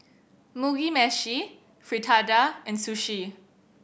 Mugi Meshi Fritada and Sushi